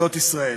בתולדות ישראל.